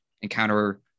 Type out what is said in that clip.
encounter